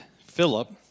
Philip